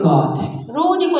God